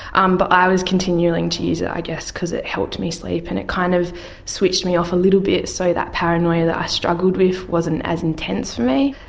um but i was continuing to use it i guess because it helped me sleep, and it kind of switched me off a little bit, so that paranoia that i struggled with wasn't as intense for me.